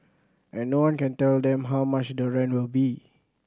and no one can tell them how much the rent will be